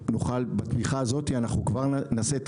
בעזרת התמיכה הזאת אנחנו כבר נעשה את